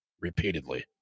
repeatedly